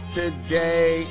today